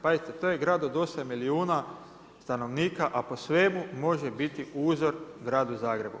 Pazite, to je grad od 8 milijuna stanovnika a po svemu može biti uzor gradu Zagrebu.